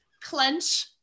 clench